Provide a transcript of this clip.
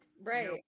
right